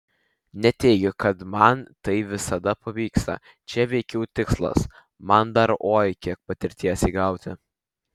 neteigiu kad man tai visada pavyksta čia veikiau tikslas man dar oi kiek patirties įgauti